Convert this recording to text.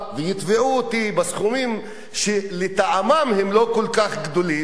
ויתבעו אותי בסכומים שלטעמם הם לא כל כך גדולים.